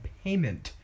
payment